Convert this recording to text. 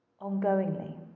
ongoingly